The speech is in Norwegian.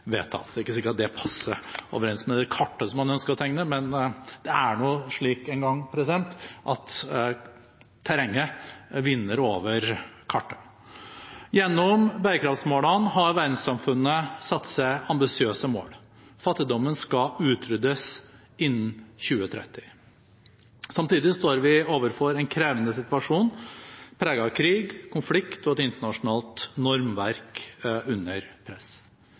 vedtatt. Det er ikke sikkert det stemmer overens med det kartet man ønsker å tegne, men det er nå en gang slik at terrenget vinner over kartet. Gjennom bærekraftsmålene har verdenssamfunnet satt seg ambisiøse mål: Fattigdommen skal utryddes innen 2030. Samtidig står vi overfor en krevende situasjon preget av krig, konflikt og et internasjonalt normverk under press.